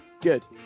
Good